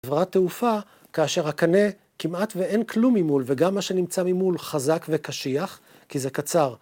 דברת תעופה כאשר הקנה כמעט ואין כלום ממול וגם מה שנמצא ממול חזק וקשיח כי זה קצר.